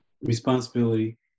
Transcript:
responsibility